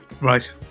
Right